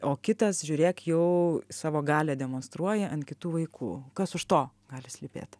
o kitas žiūrėk jau savo galią demonstruoja ant kitų vaikų kas už to gali slypėt